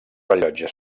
rellotge